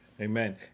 Amen